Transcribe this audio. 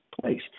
place